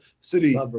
city